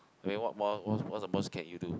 I mean what what's the most can you do